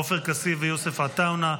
-- עופר כסיף ויוסף עטאונה.